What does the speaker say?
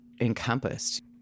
encompassed